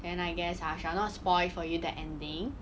then I guess I shall not spoil for you the ending